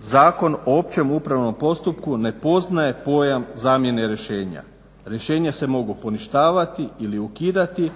Zakon o općem upravnom postupku ne poznaje pojam zamjene rješenja. Rješenja se mogu poništavati ili ukidati